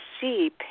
see